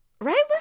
Right